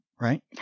right